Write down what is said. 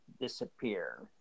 disappear